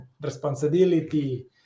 responsibility